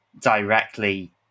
directly